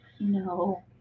No